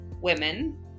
Women